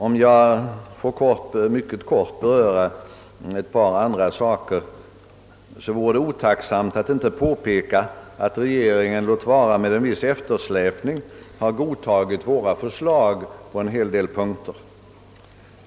Om jag mycket kort får beröra ett par andra frågor, vore det otacksamt att inte påpeka att regeringen, låt vara med en viss eftersläpning, har godtagit våra förslag på en hel dei punkter.